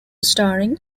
starring